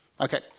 Okay